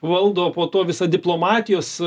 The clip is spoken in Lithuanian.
valdo po tuo visa diplomatijos